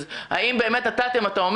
אז האם באמת נתתם?